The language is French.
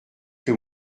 que